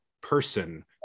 person